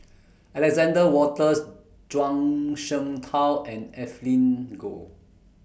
Alexander Wolters Zhuang Shengtao and Evelyn Goh